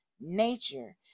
nature